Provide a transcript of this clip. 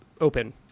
open